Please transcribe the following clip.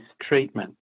treatment